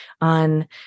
on